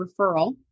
referral